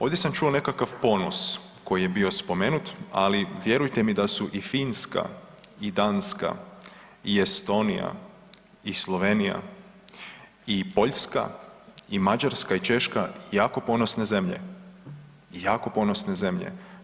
Ovdje sam čuo nekakav ponos koji je bio spomenut, ali vjerujte mi da su i Finska i Danska i Estonija i Slovenija i Poljska i Mađarska i Češka jako ponosne zemlje, jako ponosne zemlje.